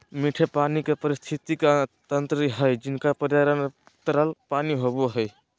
मीठे पानी के पारिस्थितिकी तंत्र हइ जिनका पर्यावरण तरल पानी होबो हइ